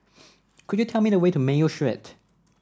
could you tell me the way to Mayo Street